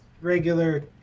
regular